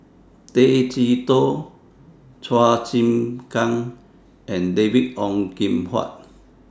Tay Chee Toh Chua Chim Kang and David Ong Kim Huat